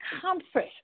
comfort